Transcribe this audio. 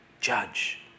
judge